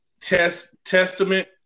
testament